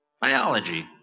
biology